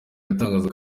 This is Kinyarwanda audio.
atangaza